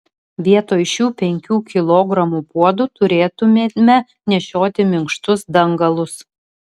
vietoj šių penkių kilogramų puodų turėtumėme nešioti minkštus dangalus